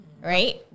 right